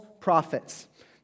prophets